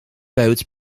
boat